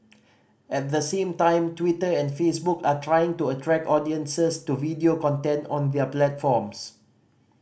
at the same time Twitter and Facebook are trying to attract audiences to video content on their platforms